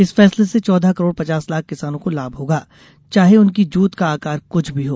इस फैसले से चौदह करोड़ पचास लाख किसानों को लाभ होगा चाहे उनकी जोत का आकार कुछ भी हो